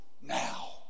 now